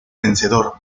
vencedor